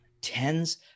Tens